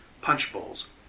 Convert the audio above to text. punch-bowls